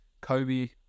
Kobe